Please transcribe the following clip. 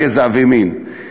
גזע ומין,